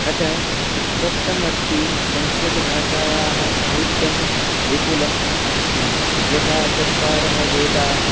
अतः स्पष्टमस्ति संस्कृतभाषायाः साहित्यं विपुलम् अस्ति यथा चत्वारः वेदाः